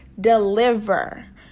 deliver